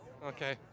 Okay